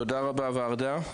תודה רבה, ורדה.